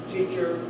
teacher